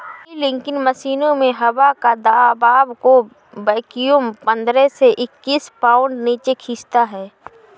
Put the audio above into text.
milking मशीनों में हवा दबाव को वैक्यूम पंद्रह से इक्कीस पाउंड नीचे खींचता है